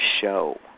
show